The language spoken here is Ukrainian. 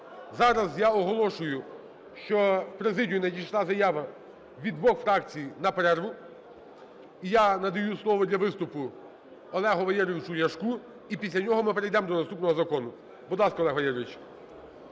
Зараз я оголошую, що в президію надійшла заява від двох фракцій на перерву. І я надаю слово для виступу Олегу Валерійовичу Ляшку і після нього ми перейдемо до наступного закону. Будь ласка, Олег Валерійович.